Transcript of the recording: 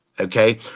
Okay